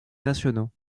nationaux